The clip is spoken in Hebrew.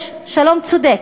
יש שלום צודק,